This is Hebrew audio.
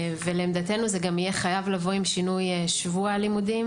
ולעמדתנו זה גם יהיה חייב לבוא עם שינוי שבוע הלימודים